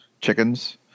chickens